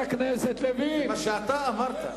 זה מה שאתה אמרת.